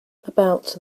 about